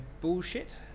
bullshit